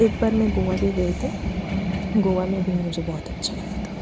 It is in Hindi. एक बार मैं गोवा भी गई थी गोवा में भी मुझे बहुत अच्छा लगा था